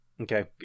okay